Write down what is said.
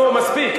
נו, מספיק.